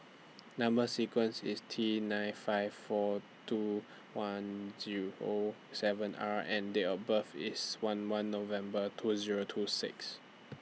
Number sequence IS T nine five four two Zero one seven R and Date of birth IS eleven November two Zero two six